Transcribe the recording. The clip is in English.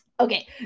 Okay